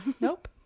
Nope